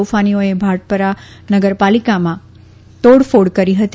તોફાનીઓએ ભાટપરા નગરપાલિકામાં તોડફોડ કરી હતી